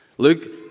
Luke